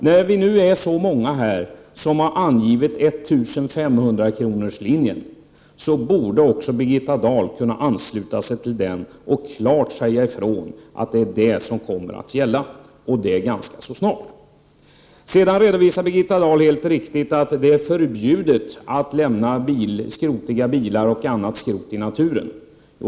När vi nu är så många som här har föreslagit 1 500 kr., borde också Birgitta Dahl kunna ansluta sig till detta och klart säga ifrån att det är den nivån som kommer att gälla, och det ganska så snart. Birgitta Dahl sade helt riktigt att det är förbjudet att lämna skrotbilar och annat skrot i naturen.